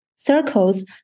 circles